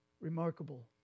Remarkable